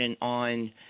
on